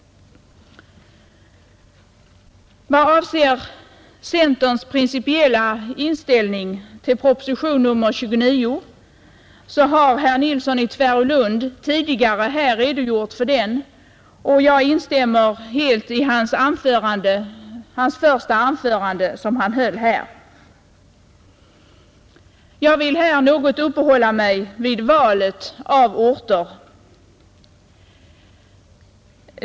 Vad avser centerpartiets principiella inställning till proposition nr 29 har herr Nilsson i Tvärålund tidigare redogjort för denna, och jag instämmer helt i det första anförande han höll här. Jag vill för min del något uppehålla mig vid valet av orter.